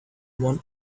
one